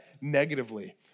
negatively